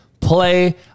play